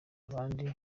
abandi